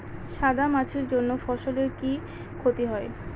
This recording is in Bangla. সাদা মাছির জন্য ফসলের কি ক্ষতি হয়?